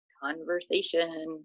conversation